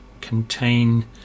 contain